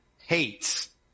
hates